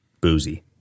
boozy